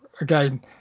again